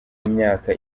imyaka